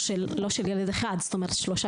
לא של ילד אחד, זאת אומרת שלושה